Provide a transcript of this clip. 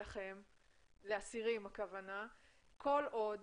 לאסירים כל עוד